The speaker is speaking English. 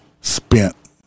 spent